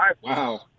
Wow